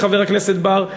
חבר הכנסת בר,